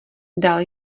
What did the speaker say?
dal